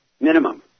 minimum